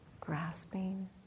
grasping